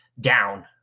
down